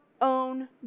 own